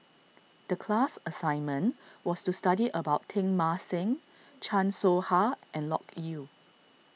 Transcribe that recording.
the class assignment was to study about Teng Mah Seng Chan Soh Ha and Loke Yew